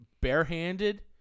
barehanded